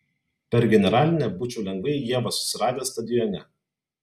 per generalinę būčiau lengvai ievą susiradęs stadione